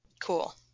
Cool